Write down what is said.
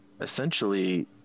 essentially